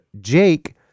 Jake